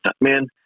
man